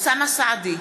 אוסאמה סעדי,